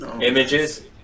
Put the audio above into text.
images